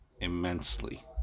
immensely